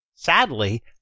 Sadly